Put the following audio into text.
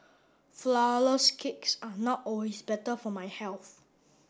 flour less cakes are not always better for my health